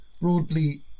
broadly